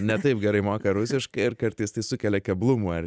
ne taip gerai moka rusiškai ir kartais tai sukelia keblumų ar